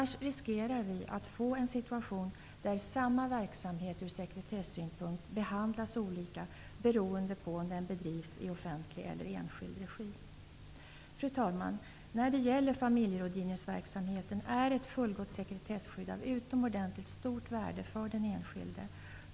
Risken är annars att samma verksamhet ur sekretessynpunkt kan komma att behandlas olika beroende på om den bedrivs i offentlig eller enskild regi. Fru talman! När det gäller familjerådgivningsverksamheten är ett fullgott sekretesskydd av utomordentligt stort värde för den enskilde.